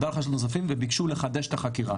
נודע על חשדות נוספים וביקשו לחדש את החקירה,